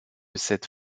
cette